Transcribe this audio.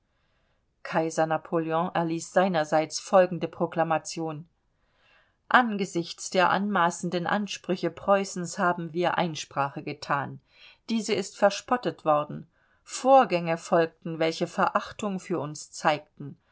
kaiser napoleon erließ seinerseits folgende proklamation angesichts der anmaßenden ansprüche preußens haben wir einsprache gethan diese ist verspottet worden vorgänge folgten welche verachtung für uns zeigten